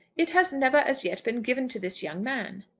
it has never as yet been given to this young man.